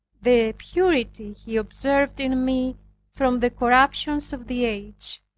the purity he observed in me from the corruptions of the age,